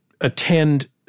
attend